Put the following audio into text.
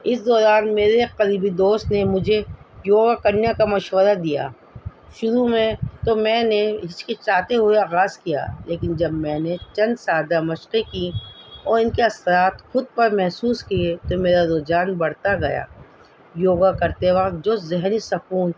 اس دوران میرے قریبی دوست نے مجھے یوگا کرنے کا مشورہ دیا شروع میں تو میں نے ہچکچاتے ہوئے آغاز کیا لیکن جب میں نے چند سادہ مشقیں کیں اور ان کے اثرات خود پر محسوس کیے تو میرا رجحان بڑھتا گیا یوگا کرتے وقت جو ذہنی سکون